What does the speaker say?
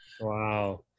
Wow